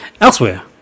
Elsewhere